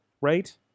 Right